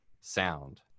sound